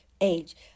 age